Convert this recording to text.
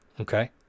okay